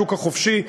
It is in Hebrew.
השוק החופשי,